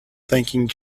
thanking